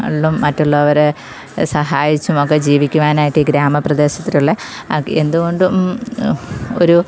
അള്ളും മറ്റുള്ളവരെ സഹായിച്ചുമൊക്കെ ജീവിക്കുവാനായിട്ട് ഈ ഗ്രാമ പ്രദേശത്തിലുള്ള ആക്ക് എന്തു കൊണ്ടും ഒരു